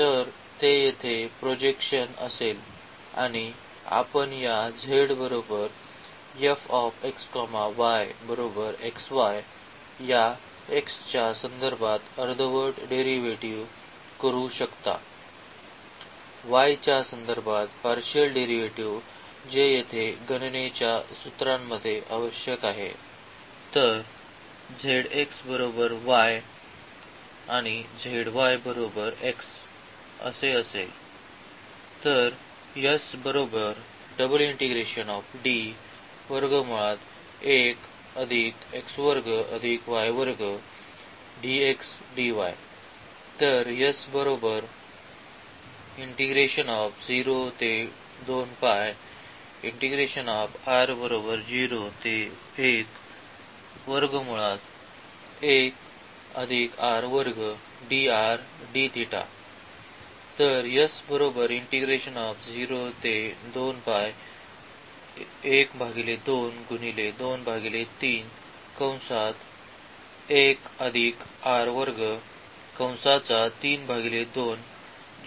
तर ते येथे प्रोजेक्शन असेल आणि आपण या या x च्या संदर्भात अर्धवट डेरिव्हेटिव्ह करू शकता y च्या संदर्भात अर्धवट डेरिव्हेटिव्ह जे येथे गणनेच्या सूत्रामध्ये आवश्यक आहे